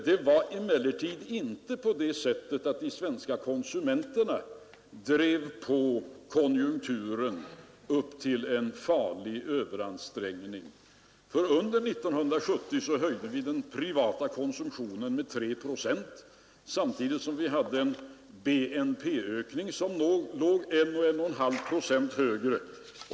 Det var emellertid inte på det sättet att de svenska konsumenterna drev på konjunkturen upp till en farlig överansträngning, för under 1970 höjde vi den privata konsumtionen med 3 procent samtidigt som vi hade en BNP-ökning som låg 1 å 1 1/2 procent högre.